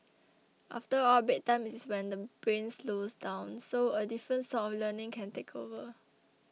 after all bedtime is when the brain slows down so a different sort of learning can take over